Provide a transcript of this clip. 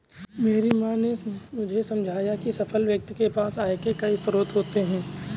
मेरी माँ ने मुझे समझाया की एक सफल व्यक्ति के पास आय के कई स्रोत होते हैं